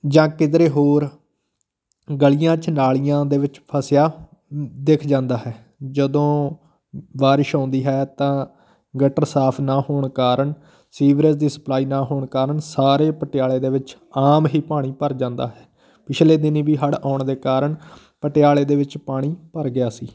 ਜਾਂ ਕਿਧਰੇ ਹੋਰ ਗਲੀਆਂ 'ਚ ਨਾਲੀਆਂ ਦੇ ਵਿੱਚ ਫਸਿਆ ਦਿਖ ਜਾਂਦਾ ਹੈ ਜਦੋਂ ਬਾਰਿਸ਼ ਆਉਂਦੀ ਹੈ ਤਾਂ ਗਟਰ ਸਾਫ਼ ਨਾ ਹੋਣ ਕਾਰਨ ਸੀਵਰੇਜ ਦੀ ਸਪਲਾਈ ਨਾ ਹੋਣ ਕਾਰਨ ਸਾਰੇ ਪਟਿਆਲੇ ਦੇ ਵਿੱਚ ਆਮ ਹੀ ਪਾਣੀ ਭਰ ਜਾਂਦਾ ਹੈ ਪਿਛਲੇ ਦਿਨੀਂ ਵੀ ਹੜ੍ਹ ਆਉਣ ਦੇ ਕਾਰਨ ਪਟਿਆਲੇ ਦੇ ਵਿੱਚ ਪਾਣੀ ਭਰ ਗਿਆ ਸੀ